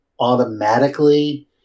automatically